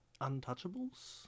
Untouchables